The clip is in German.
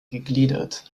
gegliedert